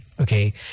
Okay